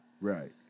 Right